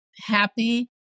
happy